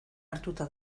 hartuta